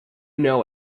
know